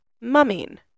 mumming